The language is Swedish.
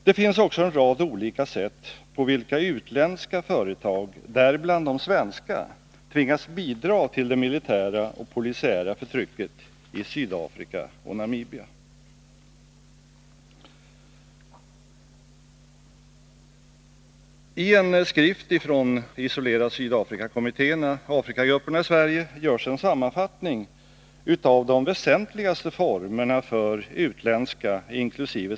Det finns också en rad olika sätt på vilka utländska företag, däribland de svenska, tvingas bidra till det militära och polisiära förtrycket i Sydafrika och Namibia. görs en sammanfattning av de väsentligaste formerna för utländska inkl.